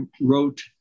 wrote